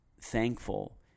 thankful